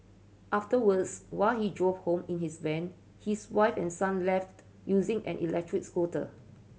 afterwards while he drove home in his van his wife and son left using an electric scooter